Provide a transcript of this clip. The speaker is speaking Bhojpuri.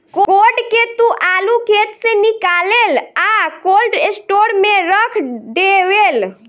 कोड के तू आलू खेत से निकालेलऽ आ कोल्ड स्टोर में रख डेवेलऽ